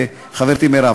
חברתי מירב.